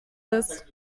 ist